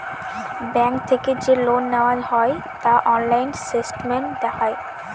bank থেকে যে loan নেওয়া হয় তা অনলাইন স্টেটমেন্ট দেখায়